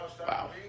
Wow